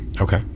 Okay